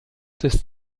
des